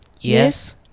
Yes